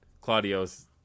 Claudio's